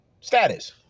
Status